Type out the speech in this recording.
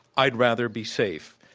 i'd rather be safe.